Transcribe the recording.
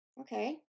Okay